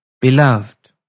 Beloved